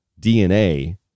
DNA